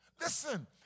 Listen